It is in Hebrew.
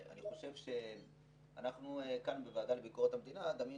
אני חושב שאנחנו כאן בוועדה לביקורת המדינה דנים